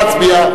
נא להצביע.